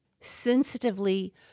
sensitively